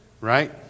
Right